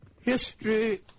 History